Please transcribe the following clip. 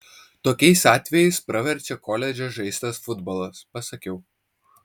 tokiais atvejais praverčia koledže žaistas futbolas pasakiau